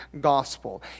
gospel